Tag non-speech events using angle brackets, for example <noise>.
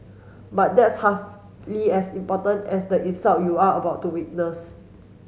but that's <unintelligible> as important as the insult you are about to witness